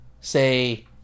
say